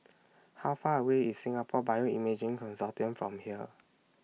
How Far away IS Singapore Bioimaging Consortium from here